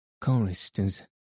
choristers